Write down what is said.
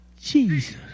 Jesus